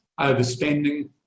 overspending